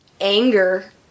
anger